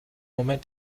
moment